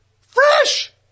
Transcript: Fresh